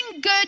good